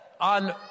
on